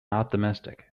optimistic